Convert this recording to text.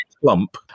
clump